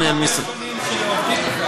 שהם רופאי שיניים?